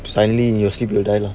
suddenly you sleep you die lah